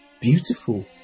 beautiful